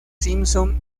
simpson